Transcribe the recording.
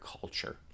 culture